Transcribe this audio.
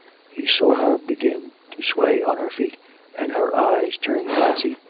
he saw her begin to sway on her feet and her eyes turn glassy.